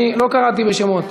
לא קראתי בשמות.